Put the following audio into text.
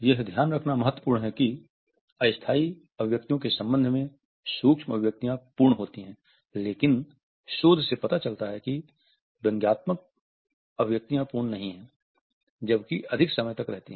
यह ध्यान रखना महत्वपूर्ण है कि अस्थायी अभिव्यक्तियों के संबंध में सूक्ष्म अभिव्यक्तियाँ पूर्ण होती हैं लेकिन शोध से पता चलता है कि व्यंग्यात्मक अभिव्यक्तियाँ पूर्ण नहीं है जबकि अधिक समय तक रहती हैं